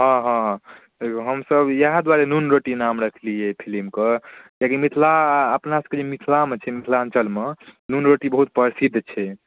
हँ हँ हमसब इएह दुआरे नून रोटी नाम रखलिए अइ फिलिमके कियाकि मिथिला अपनासबके जे मिथिलामे छै मिथिलाञ्चलमे नून रोटी बहुत प्रसिद्ध छै